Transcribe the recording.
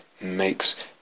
makes